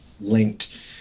linked